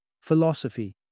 philosophy